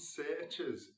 searches